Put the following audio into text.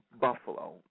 Buffalo